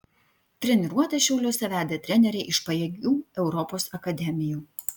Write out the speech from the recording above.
treniruotes šiauliuose vedė treneriai iš pajėgių europos akademijų